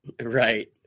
Right